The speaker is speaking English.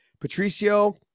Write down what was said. Patricio